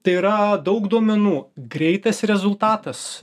tai yra daug duomenų greitas rezultatas